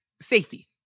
safety